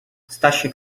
stasiek